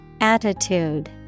Attitude